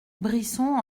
brisson